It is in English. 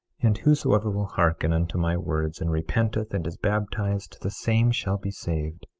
and whosoever will hearken unto my words and repenteth and is baptized, the same shall be saved.